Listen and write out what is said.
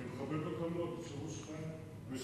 אני מכבד אותם מאוד, נשארו שניים משישה.